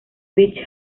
beach